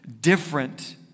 different